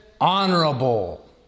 honorable